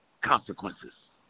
consequences